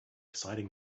exciting